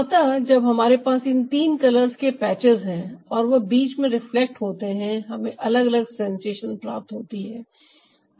अतः जब हमारे पास इन तीन कलर्स के पैचेज है और वह बीच में रिफ्लेक्ट होते हैं हमें अलग अलग सेंसेशन प्राप्त होती है